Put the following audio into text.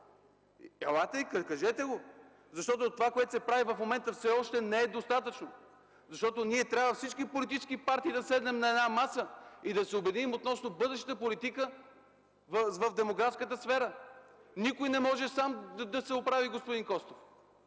Елате и го кажете, защото това, което се прави в момента, все още не е достатъчно. Трябва всички политически партии да седнем на една маса и да се обединим относно бъдещата политика в демографската сфера. Никой не може да се оправи сам, господин Костов.